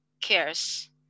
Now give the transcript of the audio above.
cares